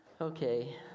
okay